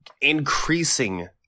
increasing